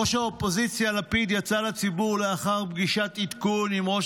ראש האופוזיציה לפיד יצא לציבור לאחר פגישת עדכון עם ראש